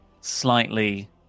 slightly